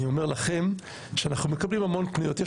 אני אגיד על מה יש שם היום, ואיך בסוף זה ייפגש.